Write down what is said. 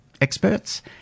experts